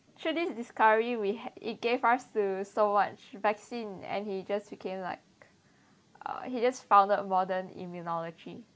through this discovery we have it gave us to so much vaccine and he just became like uh he just founded a modern immunology